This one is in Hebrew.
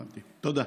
הבנתי, תודה.